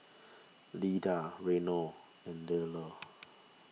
Lida Reno and Lelar